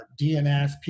DNS